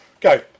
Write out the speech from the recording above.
Go